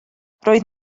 roedd